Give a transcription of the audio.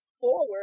forward